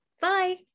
Bye